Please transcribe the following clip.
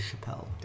Chappelle